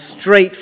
straight